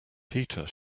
peter